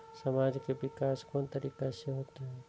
समाज के विकास कोन तरीका से होते?